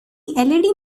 led